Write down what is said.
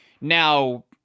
Now